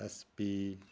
S P